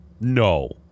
No